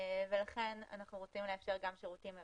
לכן אנחנו רוצים לאפשר גם שירותים מרחוק,